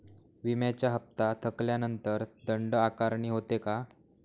विम्याचा हफ्ता थकल्यानंतर दंड आकारणी होते का?